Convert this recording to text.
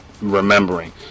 remembering